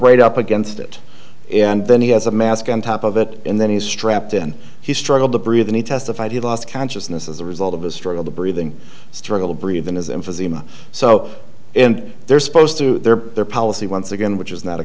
right up against it and then he has a mask on top of it and then he's strapped in he struggled to breathe and he testified he lost consciousness as a result of his struggle breathing struggle breathing as emphysema so they're supposed to their their policy once again which is not a